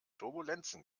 turbulenzen